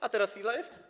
A teraz ile jest?